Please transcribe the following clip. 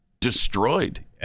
Destroyed